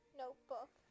notebook